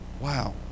wow